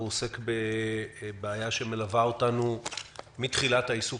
והוא עוסק בבעיה שמלווה אותנו מתחילת העיסוק